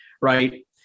right